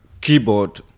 keyboard